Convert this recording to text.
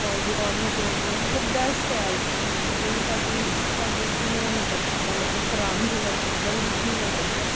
ਕੋਲ ਰਿਕੋਡਿੰਗਸ ਹੋ ਰਹੀਆਂ ਮਤਲਬ ਬੈਸਟ ਹੈ ਆਈਫੋਨ ਉਸ 'ਚ ਕੋਈ ਸਾਡੀ ਪ੍ਰਾਈਵੇਸੀ ਨੂੰ ਉਹ ਨਹੀਂ ਕਰ ਸਕਦਾ ਮਤਲਬ ਖਰਾਬ ਨਹੀਂ ਕਰ ਸਕਦਾ ਲੀਕ ਨਹੀਂ ਕਰ ਸਕਦਾ